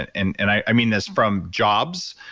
and and and i mean this from jobs,